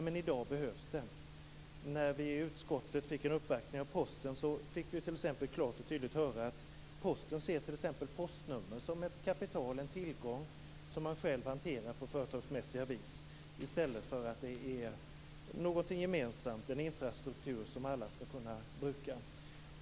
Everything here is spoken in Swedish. Men i dag behövs det. När vi i utskottet uppvaktades av Posten fick vi t.ex. klart och tydligt höra att Posten ser t.ex. postnumren som ett kapital, en tillgång, som man själv hanterar på ett företagsmässigt vis, i stället för att det är något gemensamt, en infrastruktur som alla skall kunna bruka.